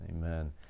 Amen